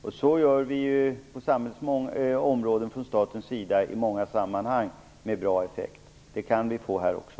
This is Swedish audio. Så gör vi ju från statens sida i många sammanhang med bra effekt. Det kan vi få här också.